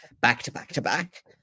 back-to-back-to-back